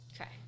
Okay